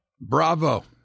Bravo